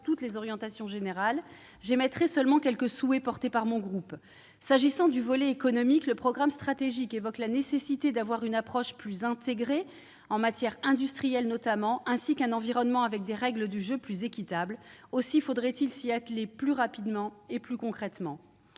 des orientations générales, mais j'émettrai quelques souhaits portés par mon groupe. S'agissant du volet économique, le programme stratégique évoque la nécessité d'avoir une approche plus intégrée, en matière industrielle notamment, ainsi qu'un environnement avec des règles du jeu plus équitables. Aussi faudrait-il s'y atteler plus rapidement et plus concrètement.